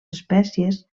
espècies